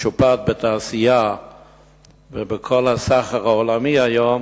משופעת בתעשייה ובכל הסחר העולמי היום,